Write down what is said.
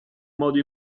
modo